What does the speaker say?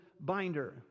binder